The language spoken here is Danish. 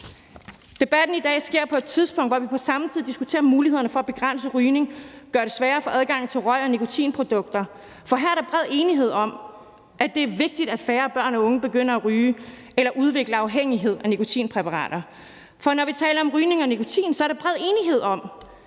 Debatten i dag kommer på et tidspunkt, hvor vi på samme tid diskuterer mulighederne for at begrænse rygning og gøre det sværere at få adgang til røg- og nikotinprodukter. Her er der bred enighed om, at det er vigtigt, at færre børn og unge begynder at ryge eller udvikle afhængighed af nikotinpræparater. Og når vi taler om rygning og nikotin, er der bred enighed om,